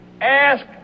Ask